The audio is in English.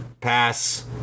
Pass